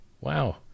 Wow